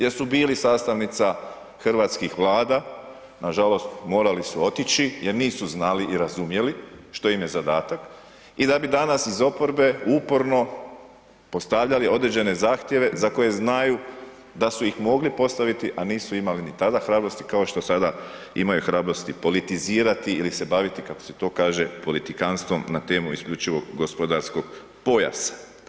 Jer su bili sastavnica hrvatskih Vlada, nažalost, morali su otići jer nisu znali i razumjeli što im je zadatak i da bi danas iz oporbe uporno postavljali određene zahtjeve za koje znaju da su ih mogli postaviti, a nisu imali ni tada hrabrosti kao što sada imaju hrabrosti politizirati ili se baviti, kako se to kaže politikantstvom na temu IGP-a.